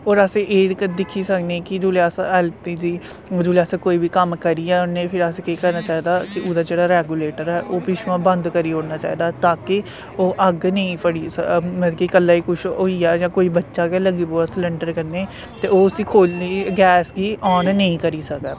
और असें एह् तक्कर दिक्खी सकने कि जोल्लै अस एलपीजी जोल्लै अस कोई बी कम्म करिये निं फिर असें केह् करना चाइदा कि ओह्दा जेह्का रेगुलेटर ऐ ओह् पिच्छुआं बंद करी उड़ना चाहिदा ताकि ओह् अग्ग नेईं फड़ै मतलब कि कल्ला गी किश होई गेआ जां कोई बच्चा गै लग्गी पवै सिलेंडर कन्नै ते ओह् उसी खोलने गी गैस गी आन नेईं करी सकै